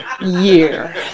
year